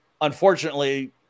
unfortunately